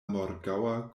morgaŭa